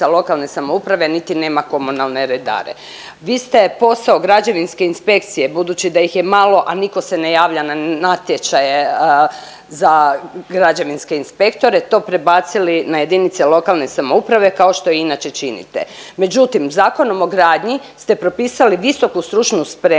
u JLS, a 65 JLS niti nema komunalne redare. Vi ste posao građevinske inspekcije budući da ih je malo, a niko se ne javlja na natječaje za građevinske inspektore, to prebacili na JLS kao što inače činite. Međutim, Zakonom o gradnji ste propisali visoku stručnu spremu